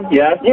yes